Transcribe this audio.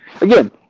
again